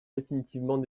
définitivement